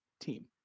team